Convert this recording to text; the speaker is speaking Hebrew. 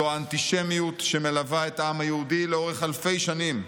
זו אנטישמיות שמלווה את העם היהודי לאורך אלפי שנים.